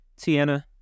tiana